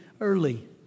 early